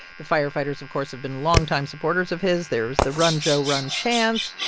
the firefighters, of course, have been longtime supporters of his. there's the run, joe, run chants